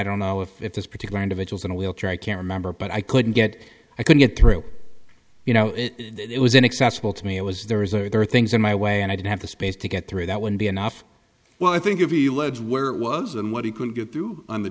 don't know if this particular individual's in a wheelchair i can't remember but i couldn't get i couldn't get through you know it was inaccessible to me i was there is there are things in my way and i didn't have the space to get through that would be enough well i think if you loads where it was and what he couldn't get through on the